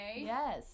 Yes